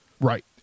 Right